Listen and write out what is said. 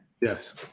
Yes